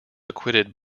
acquitted